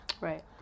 Right